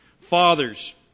Fathers